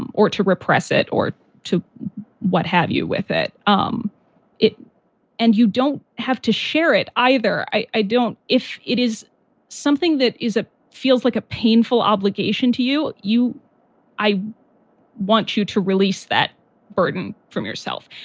um or to repress it or to what have you with it um it and you don't have to share it either. i i don't if it is something that is a feels like a painful obligation to you, you i want you to release that burden from yourself.